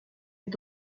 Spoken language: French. est